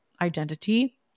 identity